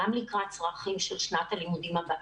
גם לקראת צרכים של שנת הלימודים הבאה.